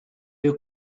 you